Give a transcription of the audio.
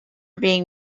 being